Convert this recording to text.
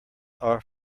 are